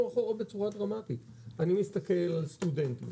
אני מסתכל על סטודנטים,